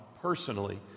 personally